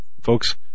folks